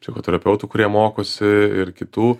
psichoterapeutų kurie mokosi ir kitų